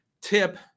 tip